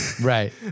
right